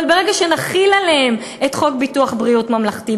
אבל ברגע שנחיל עליהם את חוק ביטוח בריאות ממלכתי,